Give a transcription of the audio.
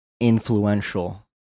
influential